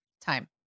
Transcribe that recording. time